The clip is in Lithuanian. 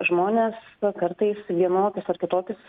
žmonės kartais vienokius ar kitokius